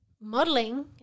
modeling